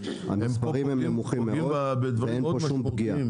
המספרים הם נמוכים מאוד ואין פה שום פגיעה.